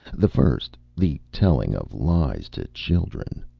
the first, the telling of lies to children.